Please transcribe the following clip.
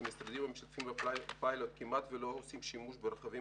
והמשרדים שמשתתפים בפיילוט כמעט שלא עושים שימוש ברכבים